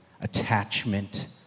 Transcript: attachment